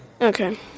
Okay